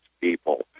people